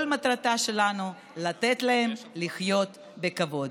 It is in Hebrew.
כל המטרה שלנו היא לתת להם לחיות בכבוד.